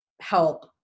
help